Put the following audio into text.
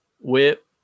whip